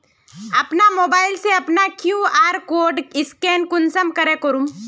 अपना मोबाईल से अपना कियु.आर कोड स्कैन कुंसम करे करूम?